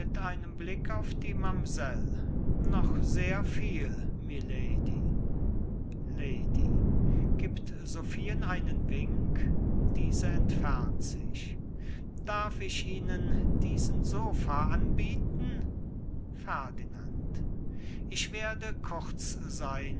einem blick auf die mamsell noch sehr viel milady lady gibt sophien einen wink diese entfernt sich darf ich ihnen diesen sopha anbieten ferdinand ich werde kurz sein